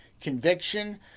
conviction